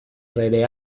rere